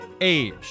age